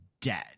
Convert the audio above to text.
dead